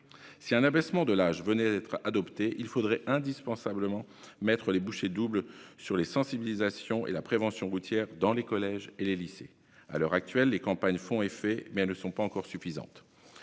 Si un abaissement de l'âge venait à être adopté, il faudrait absolument mettre les bouchées doubles sur la sensibilisation et la prévention routières dans les collèges et les lycées. À l'heure actuelle, les campagnes font effet, mais elles ne sont pas encore suffisantes.